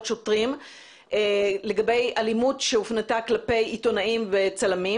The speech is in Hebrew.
שוטרים לגבי אלימות שהופנתה כלפי עיתונאים וצלמים,